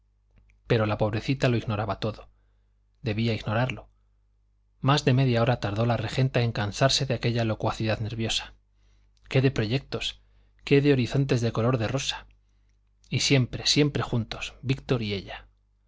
pero la pobrecita lo ignoraba todo debía ignorarlo más de media hora tardó la regenta en cansarse de aquella locuacidad nerviosa qué de proyectos qué de horizontes de color de rosa y siempre siempre juntos víctor y ella